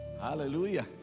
Hallelujah